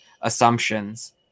assumptions